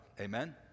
Amen